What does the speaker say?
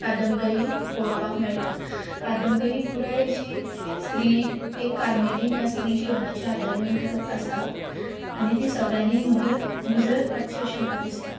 कादंबरींत पळोवपाक मेळटा कादंबरी पुराय अशी स्त्री एक कार्मेलीन ह्या स्त्री जिवनाचेर आदारून आसा आनी ती सगळ्यांनी मुद्रत मुजरत वाचची अशें म्हाका दिसता